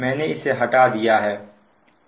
मैंने इसे हटा दिया है